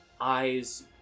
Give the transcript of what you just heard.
eyes